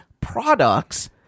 products